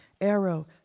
arrow